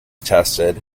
tested